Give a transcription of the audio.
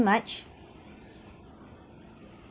much